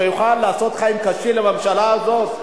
שיוכל לעשות חיים קשים לממשלה הזאת,